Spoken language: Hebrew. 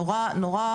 נורא